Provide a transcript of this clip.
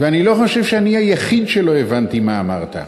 ואני לא חושב שאני היחיד שלא הבין מה אמרת.